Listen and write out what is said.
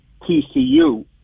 TCU